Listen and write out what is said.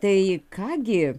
tai ką gi